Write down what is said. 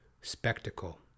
Spectacle